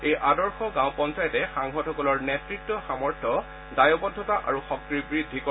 এই আদৰ্শ গাঁও পঞ্চায়তে সাংসদসকলৰ নেতৃত্ব সামৰ্থ দায়বদ্ধতা আৰু শক্তি বৃদ্ধি কৰে